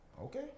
Okay